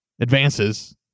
advances